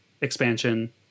expansion